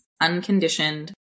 unconditioned